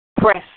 Press